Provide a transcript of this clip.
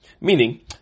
Meaning